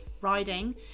riding